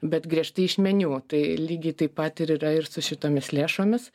bet griežtai iš meniu tai lygiai taip pat ir yra ir su šitomis lėšomis